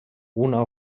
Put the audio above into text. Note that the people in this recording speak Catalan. una